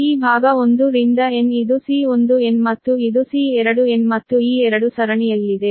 ಆದ್ದರಿಂದ ಈ ಭಾಗ 1 ರಿಂದ n ಇದು C1n ಮತ್ತು ಇದು C2n ಮತ್ತು ಈ 2 ಸರಣಿಯಲ್ಲಿದೆ